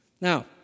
Now